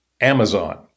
Amazon